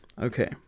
Okay